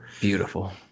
Beautiful